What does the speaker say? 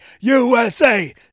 USA